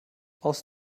aus